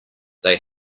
they